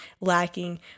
lacking